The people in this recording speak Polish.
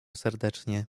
serdecznie